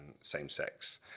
same-sex